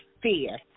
fear